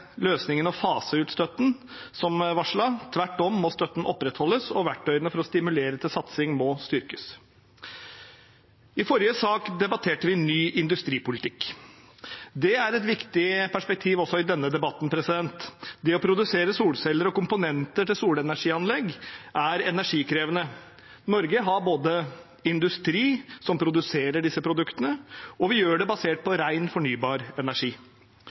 løsningen å fase ut støtten, som varslet. Tvert om må støtten opprettholdes, og verktøyene for å stimulere til satsing må styrkes. I forrige sak debatterte vi ny industripolitikk. Det er et viktig perspektiv også i denne debatten. Det å produsere solceller og komponenter til solenergianlegg er energikrevende. Norge har industri som produserer disse produktene, og vi gjør det basert på ren fornybar energi.